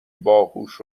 باهوش